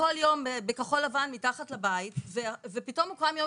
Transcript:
כל יום בכחול לבן מתחת לבית ופתאום הוא קם יום